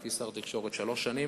הייתי שר התקשורת שלוש שנים,